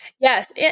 Yes